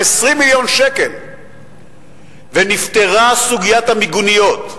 20 מיליון שקל ונפתרה סוגיית המיגוניות.